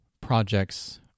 projects